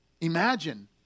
Imagine